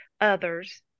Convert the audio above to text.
others